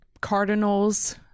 cardinals